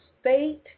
state